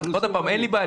עוד פעם, אין לי בעיה.